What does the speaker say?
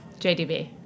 JDB